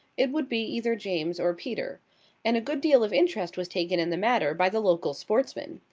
it would be either james or peter and a good deal of interest was taken in the matter by the local sportsmen.